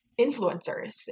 influencers